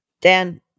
Dan